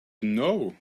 know